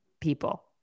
people